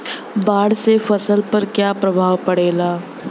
बाढ़ से फसल पर क्या प्रभाव पड़ेला?